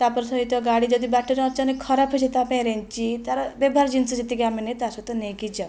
ତା'ପରେ ସହିତ ଗାଡ଼ି ଯଦି ବାଟରେ ଅଚାନକ ଖରାପ ହୋଇଯିବ ତା' ପାଇଁ ରେଞ୍ଚି ତାର ବ୍ୟବହାର ଜିନିଷ ଯେତିକି ଆମେ ନିଏ ତା'ସହିତ ନେଇକି ଯାଉ